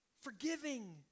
forgiving